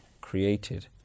created